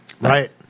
Right